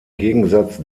gegensatz